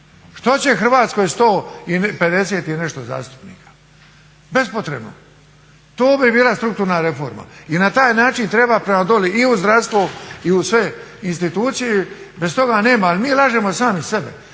Što će Hrvatskoj 150 i nešto zastupnika. Bespotrebno. To bi bila strukturna reforma i na taj način treba prema dole i u zdravstvo i u sve institucije, bez toga nema, ali mi lažemo sami sebe.